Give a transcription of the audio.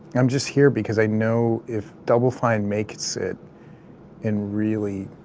i'm just here because i know if double fine makes it and really,